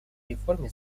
реформе